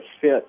fit